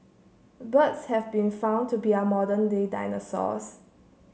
birds have been found to be our modern day dinosaurs